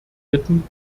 bitten